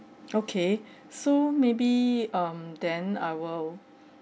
okay so maybe um then I will